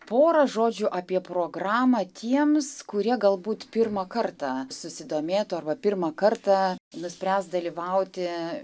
porą žodžių apie programą tiems kurie galbūt pirmą kartą susidomėtų arba pirmą kartą nuspręs dalyvauti